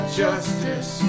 justice